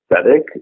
Aesthetic